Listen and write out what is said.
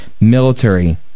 military